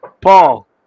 Paul